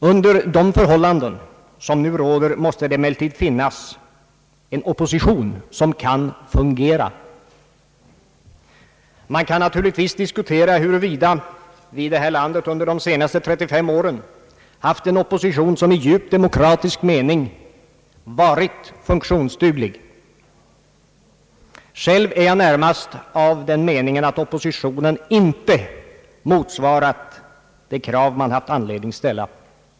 Under de förhållanden som nu råder måste det emellertid finnas en opposition som kan fungera. Man kan naturligtvis diskutera huruvida vi i det här landet under de senaste 35 åren haft en opposition, som i djup demokratisk mening varit funktionsduglig. Själv är jag närmast av den meningen att oppositionen inte motsvarat de krav man haft anledning ställa.